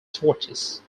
torches